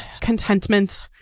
contentment